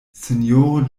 sinjoro